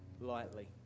lightly